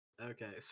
Okay